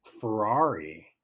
Ferrari